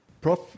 Prof